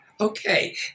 Okay